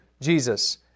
Jesus